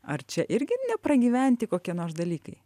ar čia irgi nepragyventi kokie nors dalykai